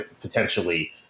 potentially